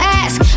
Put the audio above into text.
ask